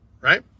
right